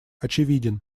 очевиден